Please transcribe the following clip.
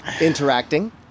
interacting